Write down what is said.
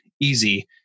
easy